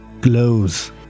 glows